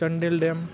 ᱪᱟᱹᱱᱰᱤ dam